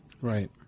Right